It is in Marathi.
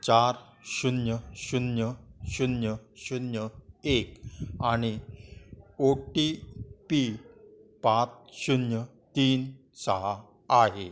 चार शून्य शून्य शून्य शून्य एक आणि ओ टी पी पाच शून्य तीन सहा आहे